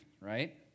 right